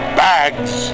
bags